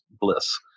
bliss